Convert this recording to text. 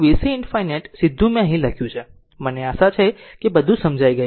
આ vc ∞ સીધું મેં અહીં લખ્યું છે મને આશા છે કે આ સમજી ગયું છે